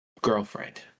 girlfriend